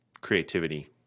creativity